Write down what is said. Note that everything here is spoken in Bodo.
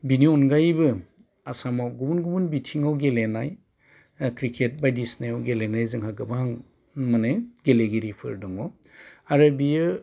बिनि अनगायैबो आसामाव गुबुन गुबुन बिथिंआव गेलेनाय क्रिकेट बायदिसिनायाव गेलेनाय जोंहा गोबां माने गेलेगिरिफोर दङ आरो बियो